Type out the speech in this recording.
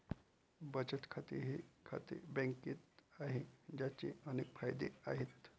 बचत खाते हे खाते बँकेत आहे, ज्याचे अनेक फायदे आहेत